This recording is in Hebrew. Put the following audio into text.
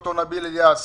ולד"ר נאיל אליאס